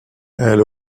elle